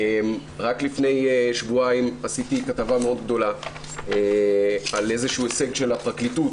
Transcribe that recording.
רק לפני שבועיים עשיתי כתבה מאוד גדולה על הישג של הפרקליטות